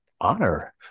honor